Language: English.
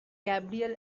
gabriel